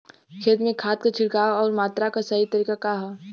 खेत में खाद क छिड़काव अउर मात्रा क सही तरीका का ह?